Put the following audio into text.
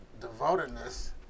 devotedness